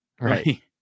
right